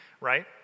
right